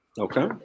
Okay